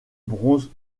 bronze